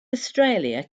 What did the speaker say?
australia